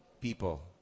people